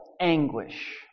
anguish